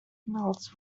mills